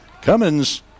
Cummins